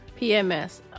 pms